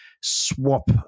swap